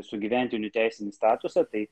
sugyventinių teisinį statusą tai